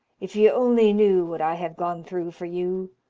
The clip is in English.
if you only knew what i have gone through for you!